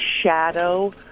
shadow